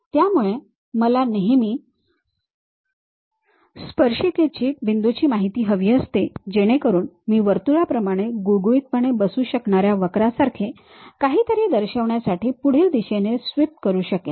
त्यामुळे मला नेहमी स्पर्शिकेची बिंदूची माहिती हवी असते जेणेकरुन मी वर्तुळाप्रमाणे गुळगुळीतपणे बसू शकणार्या वक्रा सारखे काहीतरी दर्शवण्यासाठी पुढील दिशेने स्वीप करू शकेन